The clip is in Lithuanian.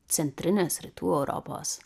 centrinės rytų europos